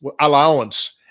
allowance